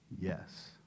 Yes